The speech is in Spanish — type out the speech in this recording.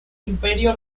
imperio